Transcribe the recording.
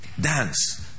dance